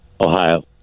Ohio